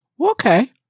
Okay